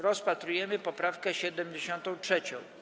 Rozpatrujemy poprawkę 73.